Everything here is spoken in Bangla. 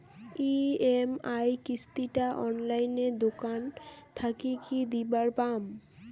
ই.এম.আই কিস্তি টা অনলাইনে দোকান থাকি কি দিবার পাম?